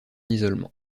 isolement